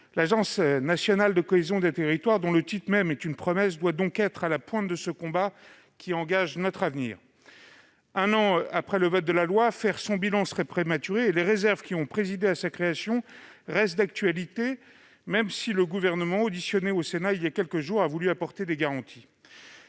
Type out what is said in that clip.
L'Agence nationale de la cohésion des territoires, dont le titre même est une promesse, doit donc être à la pointe de ce combat, qui engage notre avenir. Un an après le vote de la loi, dresser son bilan serait prématuré et les réserves qui ont présidé à sa création restent d'actualité, même si le Gouvernement, auditionné au Sénat il y a quelques jours, a voulu apporter des garanties.